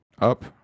up